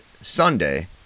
Sunday